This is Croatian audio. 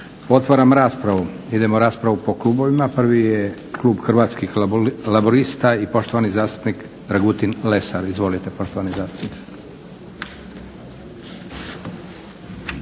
Otvaram raspravu. Idemo raspravu po klubovima. Prvi je klub Hrvatskih laburista i poštovani zastupnik Dragutin Lesara. Izvolite poštovani zastupniče.